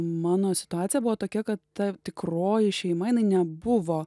mano situacija buvo tokia kad ta tikroji šeima jinai nebuvo